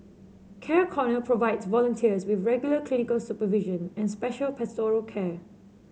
Care Corner provides volunteers with regular clinical supervision and special pastoral care